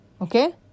okay